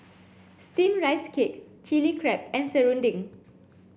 steamed rice cake Chilli Crab and Serunding